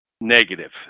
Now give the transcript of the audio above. negative